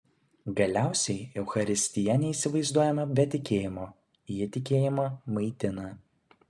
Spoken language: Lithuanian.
galiausiai eucharistija neįsivaizduojama be tikėjimo ji tikėjimą maitina